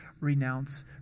renounce